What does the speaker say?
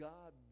God